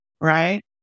right